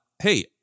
hey